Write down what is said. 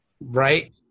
Right